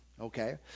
Okay